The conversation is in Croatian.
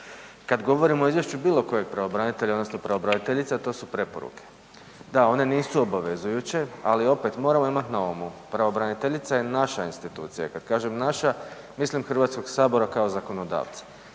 Kada govorimo o izvješću bilo kojeg pravobranitelja odnosno pravobraniteljice, a to su preporuke. Da, one nisu obavezujuće, ali opet moramo imati na umu, pravobraniteljica je naša institucija, kada kažem naša mislim HS-a kao zakonodavca.